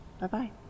Bye-bye